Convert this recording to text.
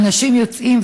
אנשים יוצאים,